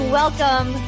welcome